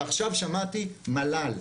ועכשיו שמעתי מל"ל.